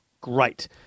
great